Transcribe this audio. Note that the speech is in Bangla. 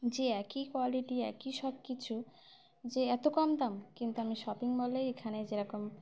যে একই কোয়ালিটি একই সব কিছু যে এতো কম দাম কিন্তু আমি শপিং মলেই এখানে যেরকম